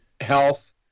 health